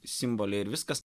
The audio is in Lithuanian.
simboliai ir viskas